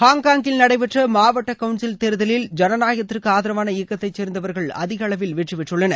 ஹாங்காங்கில் நடைபெற்ற மாவட்ட கவுன்சில் தேர்தலில் ஜனநாயகத்திற்கு ஆதரவான இயக்கத்தைச் சேர்ந்தவர்கள் அதிக அளவில் பெற்றிபெற்றுள்ளனர்